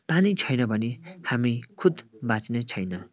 पानी छैन भने हामी खुद बाँच्ने छैन